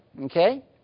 Okay